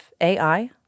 AI